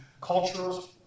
cultures